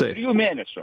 trijų mėnesių